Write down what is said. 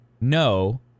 no